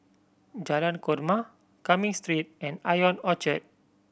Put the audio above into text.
Jalan Korma Cumming Street and Ion Orchard